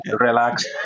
Relax